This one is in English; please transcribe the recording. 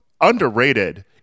underrated